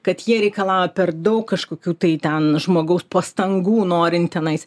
kad jie reikalauja per daug kažkokių tai ten žmogaus pastangų norint tenais